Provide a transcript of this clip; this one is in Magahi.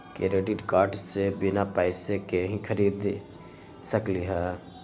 क्रेडिट कार्ड से बिना पैसे के ही खरीद सकली ह?